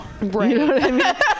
Right